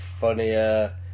funnier